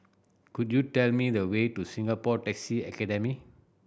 could you tell me the way to Singapore Taxi Academy